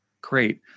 Great